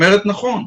אומרת נכון.